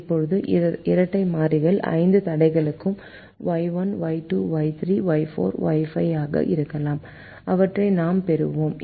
இப்போது இரட்டை மாறிகள் ஐந்து தடைகளுக்கு Y1 Y2 Y3 Y4 Y5 ஆக இருக்கும் அவற்றை நாம் பெறுவோம்